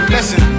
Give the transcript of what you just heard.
Listen